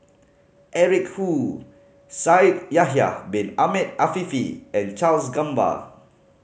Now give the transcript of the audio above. Eric Khoo Shaikh Yahya Bin Ahmed Afifi and Charles Gamba